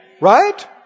right